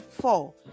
Four